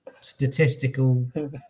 statistical